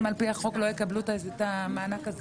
על פי החוק לא יקבלו את המענק הזה?